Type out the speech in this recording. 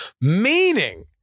Meaning